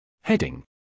Heading